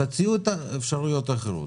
תציעו אפשרויות אחרות,